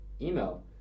email